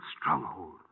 stronghold